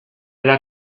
era